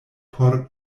por